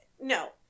no